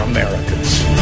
Americans